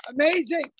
Amazing